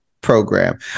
program